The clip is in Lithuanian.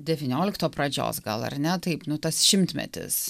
devyniolikto pradžios gal ar ne taip nu tas šimtmetis